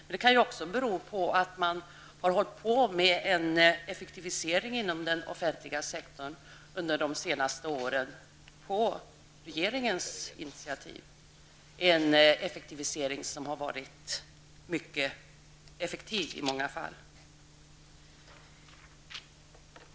Men det kan också bero på att det på regeringens intiativ har skett en effektivisering inom den offentliga sektorn under de senaste åren, en effektivisering som i många fall har varit framgångsrik.